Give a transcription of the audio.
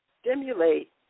stimulate